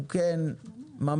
הוא כן ממליץ,